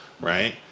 right